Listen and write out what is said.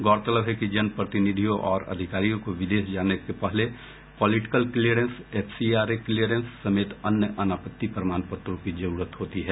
गौरतलब है कि जनप्रतिनिधियों और अधिकारियों को विदेश जाने के पहले पॉलिटिकल क्लीयरेंस एफसीआरए क्लीयरेंस समेत अन्य अनापत्ति प्रमाण पत्रों की जरूरत पड़ती है